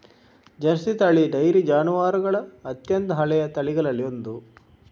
Jersey ತಳಿ dairy ಜಾನುವಾರುಗಳ ಅತ್ಯಂತ ಹಳೆಯ ತಳಿಗಳಲ್ಲಿ ಒಂದು